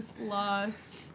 Lost